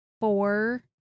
four